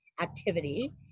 activity